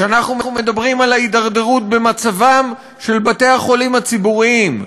כשאנחנו מדברים על ההידרדרות במצבם של בתי-החולים הציבוריים,